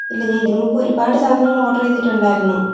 ഇല്ല ഞാൻ ഇതിനു മുമ്പ് ഒരുപാട് സാധനങ്ങൾ ഓർഡർ ചെയ്തിട്ടുണ്ടായിരുന്നു